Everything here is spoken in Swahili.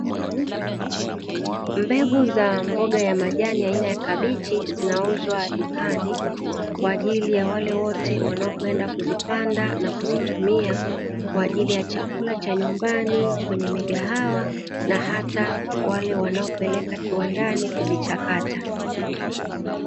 Mbegu za mboga za majani, aina za kabichi zinauzwa dukan ikwa ajili ya wale wote wanaokwenda kuzipanda na kuzitumia, kwa ajili ya chakula cha nyumbani kwenye migahawa na hata wale wanaopeleka kiwandani kuzichakata.